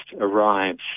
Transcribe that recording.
arrives